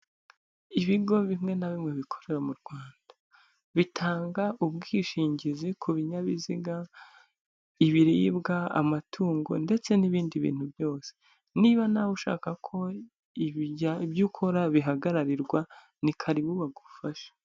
Ibigo bimwe na bimwe bikorera mu Rwanda, bitanga ubwishingizi ku binyabiziga, ibiribwa, amatungo ndetse n'ibindi bintu byose, niba nawe ushaka ko ibyo ukora bihagararirwa ni karibu bagufashe.